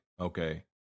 Okay